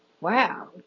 wow